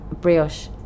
brioche